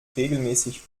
regelmäßig